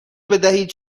بدهید